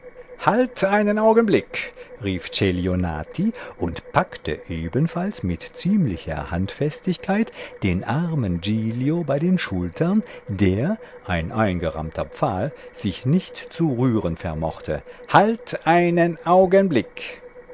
halt einen augenblick rief celionati und packte ebenfalls mit ziemlicher handfestigkeit den armen giglio bei den schultern der ein eingerammter pfahl sich nicht zu rühren vermochte halt einen augenblick